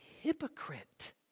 hypocrite